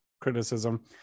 criticism